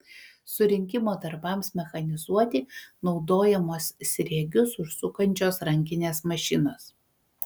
surinkimo darbams mechanizuoti naudojamos sriegius užsukančios rankinės mašinos